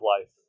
life